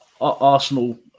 Arsenal